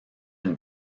une